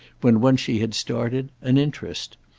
when once she had started, an interest.